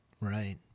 Right